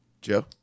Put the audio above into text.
Joe